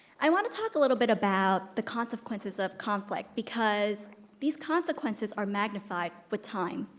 i wanna talk a little bit about the consequences of conflict because these consequences are magnified with time.